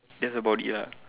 that's about it lah